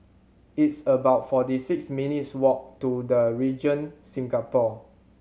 it's about forty six minutes' walk to The Regent Singapore